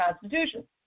Constitution